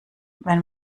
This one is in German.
wenn